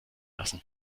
lassen